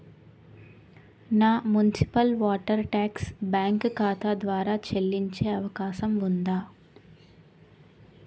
నా municipal water tax bank ఖాతా ద్వారా చెల్లించే అవకాశం ఉందా?